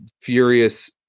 furious